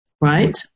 right